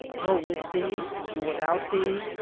nor with thee, nor without thee,